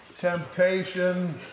Temptation